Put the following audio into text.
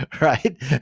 Right